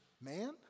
man